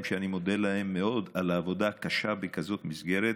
שאני מודה להן מאוד על עבודה קשה בכזאת מסגרת,